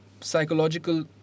psychological